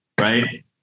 Right